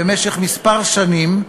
במשך כמה שנים,